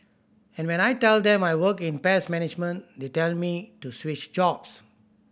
and when I tell them I work in pest management they tell me to switch jobs